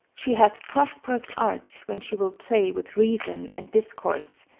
she hath prosperous art when she will play with reason and discourse,